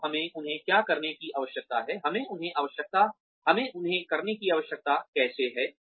तो हमें उन्हें क्या करने की आवश्यकता है हमें उन्हें करने की आवश्यकता कैसे है